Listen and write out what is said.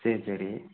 சரி சரி